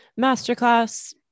masterclass